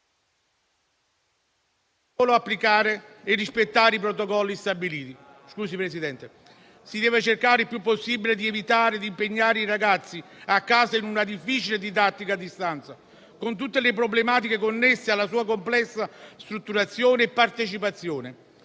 Bisogna solo applicare e rispettare i protocolli stabiliti. Si deve cercare il più possibile di evitare di impegnare i ragazzi a casa in una difficile didattica a distanza, con tutte le problematiche connesse alla sua complessa strutturazione e partecipazione.